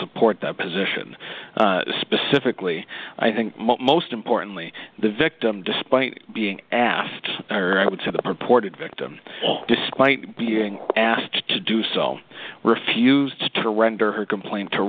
support that position specifically i think most importantly the victim despite being asked i would say the purported victim despite being asked to do so refused to surrender her complaint to